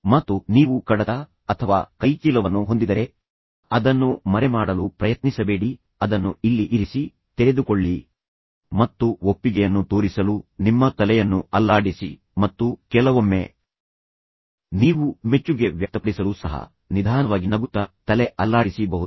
ಮತ್ತು ನೀವು ಕಡತ ಅಥವಾ ಕೈಚೀಲವನ್ನು ಹೊಂದಿದ್ದರೆ ಅದನ್ನು ಮರೆಮಾಡಲು ಪ್ರಯತ್ನಿಸಬೇಡಿ ಅದನ್ನು ಇಲ್ಲಿ ಇರಿಸಿ ತೆರೆದುಕೊಳ್ಳಿ ಮತ್ತು ಒಪ್ಪಿಗೆಯನ್ನು ತೋರಿಸಲು ನಿಮ್ಮ ತಲೆಯನ್ನು ಅಲ್ಲಾಡಿಸಿ ಮತ್ತು ಕೆಲವೊಮ್ಮೆ ನೀವು ಮೆಚ್ಚುಗೆ ವ್ಯಕ್ತಪಡಿಸಲು ಸಹ ನಿಧಾನವಾಗಿ ನಗುತ್ತ ತಲೆ ಅಲ್ಲಾಡಿಸಿ ಬಹುದು